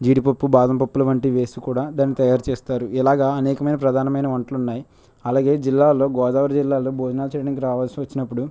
జీడిపప్పు బాదం పప్పులు వంటి వేసి కూడా దాన్ని తయారుచేస్తారు ఇలాగ అనేకమైన ప్రధానమైన వంటలు ఉన్నాయి అలాగే జిల్లాల్లో గోదావరి జిల్లాలో భోజనాలు చేయడానికి రావాల్సి వచ్చినప్పుడు